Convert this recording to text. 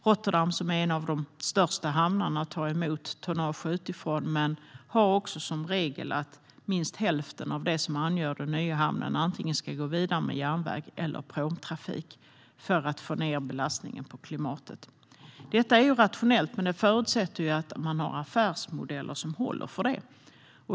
Rotterdam, som är en av de största hamnarna, tar emot tonnage utifrån men har också som regel att minst hälften av det som angör den nya hamnen ska gå vidare med antingen järnväg eller pråmtrafik, för att få ned belastningen på klimatet. Detta är rationellt, men det förutsätter ju att man har affärsmodeller som håller för det.